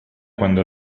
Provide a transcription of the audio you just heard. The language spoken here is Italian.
quando